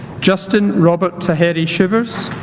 justin robert taheri-chivers